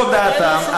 זו דעתם,